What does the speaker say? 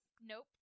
Nope